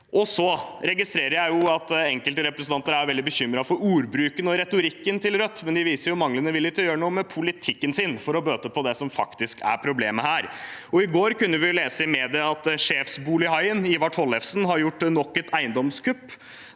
Jeg registrerer at enkelte representanter er veldig bekymret for ordbruken og retorikken til Rødt, men de viser jo manglende vilje til å gjøre noe med politikken sin for å bøte på det som faktisk er problemet her. I går kunne vi lese i media at sjefsbolighaien Ivar Tollefsen har gjort nok et eiendomskupp,